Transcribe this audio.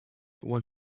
one